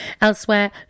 Elsewhere